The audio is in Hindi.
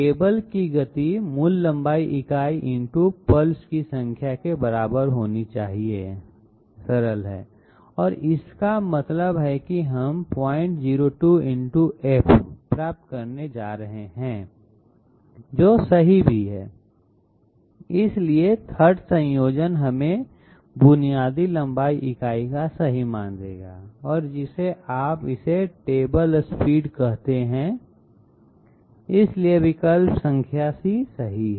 टेबल की गति मूल लंबाई इकाई × पल्स की संख्या के बराबर होनी चाहिए सरल और इसका मतलब है कि हम 002 × F प्राप्त करने जा रहे हैं जो सही भी है इसलिए 3rd संयोजन हमें बुनियादी लंबाई इकाई का सही मान देगा और जिसे आप इसे टेबल स्पीड कहते हैं इसलिए विकल्प संख्या C सही है